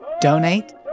donate